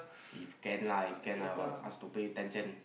if can lah if can lah ask to pay ten cent